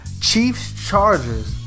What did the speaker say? Chiefs-Chargers